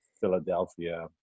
Philadelphia